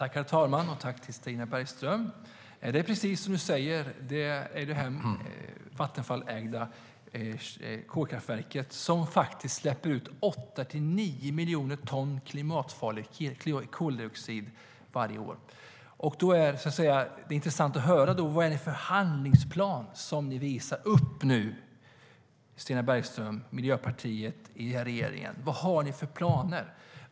Herr talman! Tack, Stina Bergström! Det är precis som du säger. Det är det här Vattenfallägda kolkraftverket som släpper ut 8-9 miljoner ton klimatfarlig koldioxid varje år. Då är det intressant att höra: Vad är det för handlingsplan som ni nu visar upp, Stina Bergström och Miljöpartiet, i regeringen? Vad har ni för planer?